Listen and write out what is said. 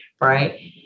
right